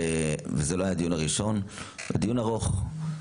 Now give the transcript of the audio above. וזה לא היה הדיון הראשון, דיון ארוך.